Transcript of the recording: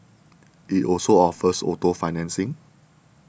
it also offers auto financing